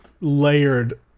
layered